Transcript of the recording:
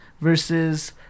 versus